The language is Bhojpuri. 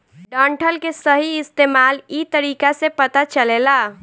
डंठल के सही इस्तेमाल इ तरीका से पता चलेला